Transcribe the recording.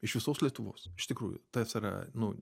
iš visos lietuvos iš tikrųjų tas yra nu